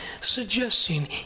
suggesting